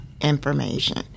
information